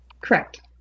Correct